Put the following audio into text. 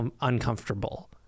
uncomfortable